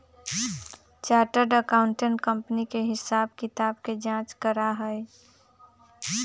chartered accountant company के हिसाब किताब के जाँच करा हई